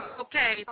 Okay